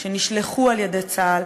שנשלחו על-ידי צה"ל.